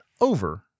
over